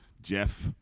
Jeff